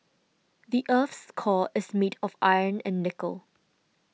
the earth's core is made of iron and nickel